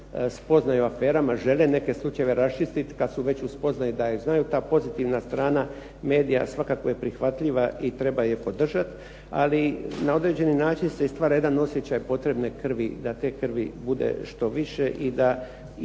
potiču spoznaju o aferama, žele neke slučajeve raščistiti kad su već u spoznaji da ih znaju, kao pozitivna strana medija svakako je prihvatljiva i treba je podržati, ali na određeni način se i stvara jedan osjećaj potrebne krvi, da te krvi bude što više i da i prije